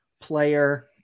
player